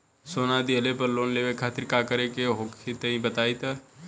सोना दिहले पर लोन लेवे खातिर का करे क होई तनि बताई?